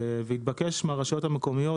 התבקש מהרשויות המקומיות,